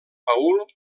paul